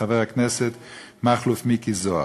חבר הכנסת מכלוף מיקי זוהר.